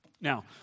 Now